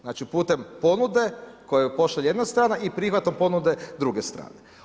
Znači putem ponude koju pošalje jedna strana i prihvatom ponude druge strane.